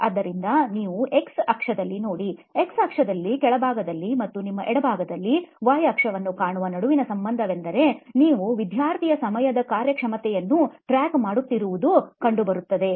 ಆದ್ದರಿಂದ ನೀವು ಎಕ್ಸ್ ಅಕ್ಷದಲ್ಲಿ ನೋಡಿಎಕ್ಸ್ ಅಕ್ಷದಲ್ಲಿ ಕೆಳಭಾಗದಲ್ಲಿ ಮತ್ತು ನಿಮ್ಮ ಎಡಭಾಗದಲ್ಲಿ ವೈ ಅಕ್ಷವನ್ನು ಕಾಣುವ ನಡುವಿನ ಸಂಬಂಧವೆಂದರೆ ನೀವು ವಿದ್ಯಾರ್ಥಿಯ ಸಮಯದ ಕಾರ್ಯಕ್ಷಮತೆಯನ್ನು ಟ್ರ್ಯಾಕ್ ಮಾಡುತ್ತಿರುವುದು ಕಂಡುಬರುತ್ತದೆ